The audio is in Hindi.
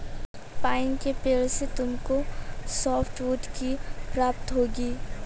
पाइन के पेड़ से तुमको सॉफ्टवुड की प्राप्ति होगी